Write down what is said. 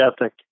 ethic